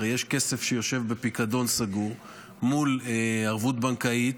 הרי יש כסף שיושב בפיקדון סגור מול ערבות בנקאית,